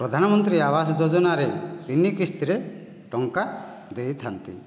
ପ୍ରଧାନମନ୍ତ୍ରୀ ଆବାସ ଯୋଜନାରେ ତିନି କିସ୍ତିରେ ଟଙ୍କା ଦେଇଥାନ୍ତି